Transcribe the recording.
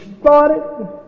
started